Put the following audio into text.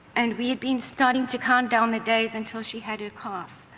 and we had been starting to count down the days until she had her calf.